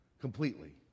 completely